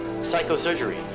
psychosurgery